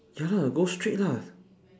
ya lah go straight lah